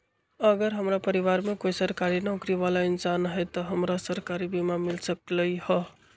अगर हमरा परिवार में कोई सरकारी नौकरी बाला इंसान हई त हमरा सरकारी बीमा मिल सकलई ह?